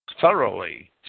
thoroughly